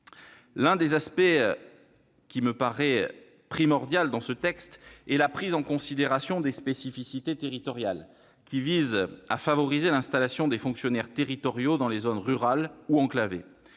L'un des aspects qui me paraît primordial dans ce texte est la prise en considération des spécificités territoriales qui vise à favoriser l'installation des fonctionnaires territoriaux dans les zones rurales ou enclavées.